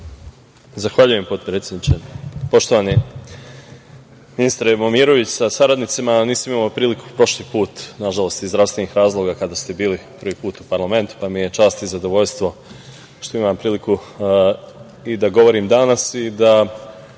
Zahvaljujem, potpredsedniče. Poštovani ministre Momiroviću sa saradnicima, nisam imao priliku prošli put iz zdravstvenih razloga, kada ste bili prvi put u parlamentu, pa mi je čast i zadovoljstvo što imam priliku i da govorim danas i da